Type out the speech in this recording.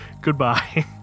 Goodbye